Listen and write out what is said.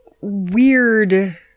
Weird